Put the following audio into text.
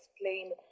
explain